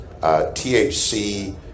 THC